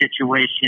situation